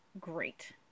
great